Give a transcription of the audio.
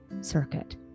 circuit